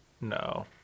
no